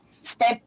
step